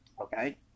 Okay